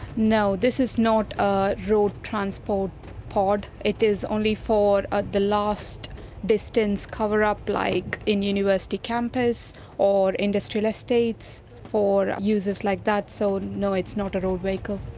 no, this is not a road transport pod, it is only for ah the last distance cover-up, like in university campuses or industrial estates, for users like that. so no, it's not a road vehicle.